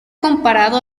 comparado